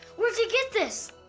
where'd you get this?